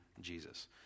Jesus